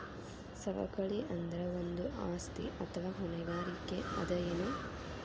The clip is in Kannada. ಸವಕಳಿ ಅಂದ್ರ ಒಂದು ಆಸ್ತಿ ಅಥವಾ ಹೊಣೆಗಾರಿಕೆ ಅದ ಎನು?